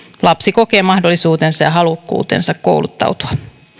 lapsi kokee mahdollisuutensa ja halukkuutensa kouluttautua